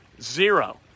zero